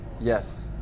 Yes